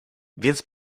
więc